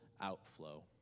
outflow